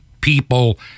people